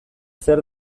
zer